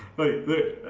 but that